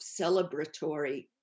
celebratory